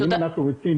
אם אנחנו רוצים,